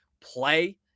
play